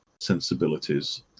sensibilities